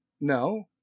No